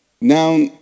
now